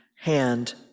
hand